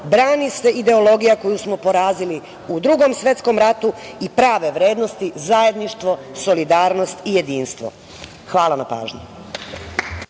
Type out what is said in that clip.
brani se ideologija koju smo porazili u Drugom svetskom ratu i prave vrednosti zajedništvo, solidarnost i jedinstvo. Hvala na pažnji.